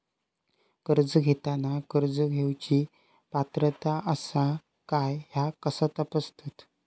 कर्ज घेताना कर्ज घेवची पात्रता आसा काय ह्या कसा तपासतात?